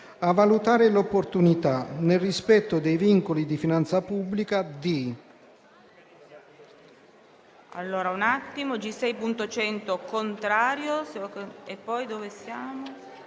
«a valutare l'opportunità, nel rispetto dei vincoli di finanza pubblica, di